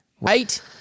right